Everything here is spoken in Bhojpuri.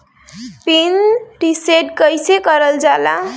पीन रीसेट कईसे करल जाला?